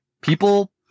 people